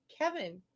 Kevin